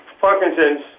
Parkinson's